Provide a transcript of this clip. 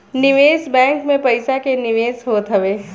निवेश बैंक में पईसा के निवेश होत हवे